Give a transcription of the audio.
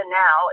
now